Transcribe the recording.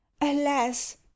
alas